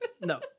No